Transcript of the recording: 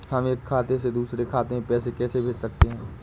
हम एक खाते से दूसरे खाते में पैसे कैसे भेज सकते हैं?